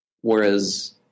whereas